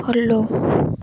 follow